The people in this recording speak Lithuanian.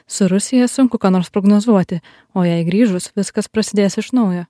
su rusija sunku ką nors prognozuoti o jai grįžus viskas prasidės iš naujo